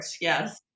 yes